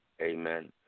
amen